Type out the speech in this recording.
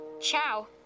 Ciao